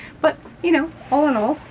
but you know, all in all,